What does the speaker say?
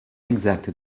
exacte